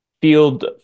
field